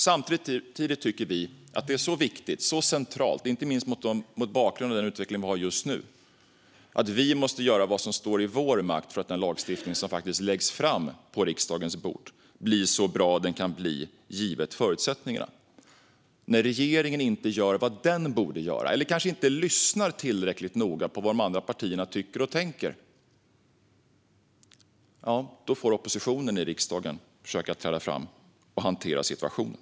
Samtidigt tycker vi att detta är så viktigt och så centralt, inte minst mot bakgrund av den utveckling vi har just nu, att vi måste göra vad som står i vår makt för att den lagstiftning som läggs fram på riksdagens bord ska bli så bra som den kan bli givet förutsättningarna. När regeringen inte gör vad den borde göra, eller kanske inte lyssnar tillräckligt noga på vad de andra partierna tycker och tänker, får oppositionen i riksdagen försöka att träda fram och hantera situationen.